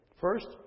First